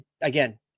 Again